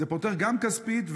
זה פותר גם כספית,